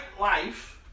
life